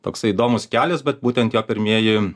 toksai įdomus kelias bet būtent jo pirmieji